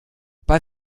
beim